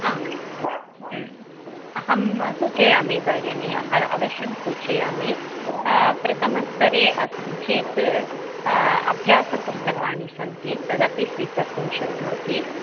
हा अहं सूचयामि भगिनि अवश्यं सूचयामि प्रथमस्तरे अस्ति चेत् अभ्यासपुस्तकानि सन्ति तदपि स्वीकर्तुं शक्नोति